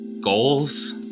goals